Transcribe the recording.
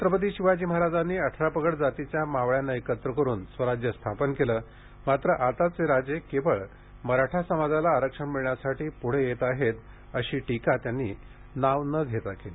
छत्रपती शिवाजी महाराजांनी अठरापगड जातीच्या मावळ्यांना एकत्र करून स्वराज्य स्थापन केले मात्र आताचे राजे फक्त मराठा समाजाला आरक्षण मिळण्यासाठी पूढे येत आहेत अशी टीका नाव न घेता त्यांनी केली